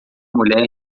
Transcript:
mulher